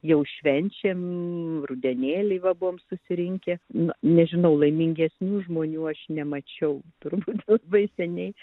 jau švenčiam rudenėlį va buvom susirinkę na nežinau laimingesnių žmonių aš nemačiau turbūt labai seniai